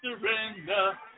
surrender